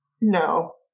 No